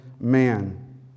man